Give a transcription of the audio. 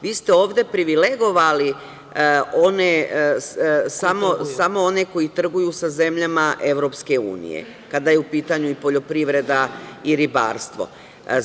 Vi ste ovde privilegovali samo one koji trguju sa zemljama EU kada je u pitanju i poljoprivreda i ribarstvo.